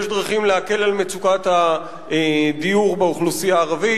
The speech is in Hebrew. יש דרכים להקל על מצוקת דיור באוכלוסייה הערבית,